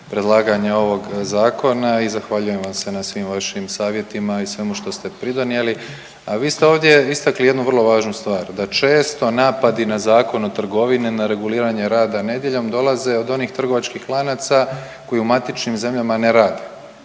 predlaganja ovog zakona i zahvaljujem vam se na svim vašim savjetima i svemu što ste pridonijeli. A vi ste ovdje istakli jednu vrlo važnu stvar, da često napadi na Zakon o trgovini na reguliranje rada nedjeljom dolaze od onih trgovačkih lanaca koji u matičnim zemljama ne rade.